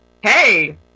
hey